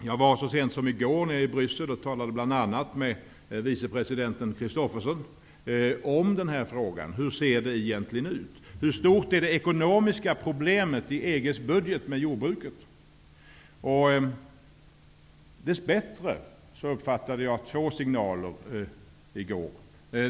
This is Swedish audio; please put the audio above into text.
Jag var så sent som i går i Bryssel och talade bl.a. med vice ordföranden Christophersen om hur den här frågan egentligen ser ut. Hur stort är det ekonomiska problemet med jordbruket i EG:s budget? Dess bättre uppfattade jag två signaler i går.